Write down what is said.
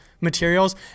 materials